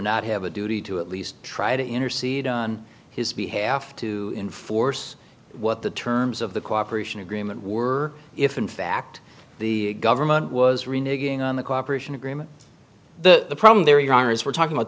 not have a duty to at least try to intercede on his behalf to enforce what the terms of the cooperation agreement were if in fact the government was reneging on the cooperation agreement the problem there you are is we're talking about